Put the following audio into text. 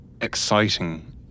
exciting